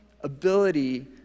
ability